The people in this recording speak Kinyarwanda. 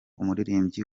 umuririmbyi